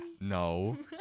No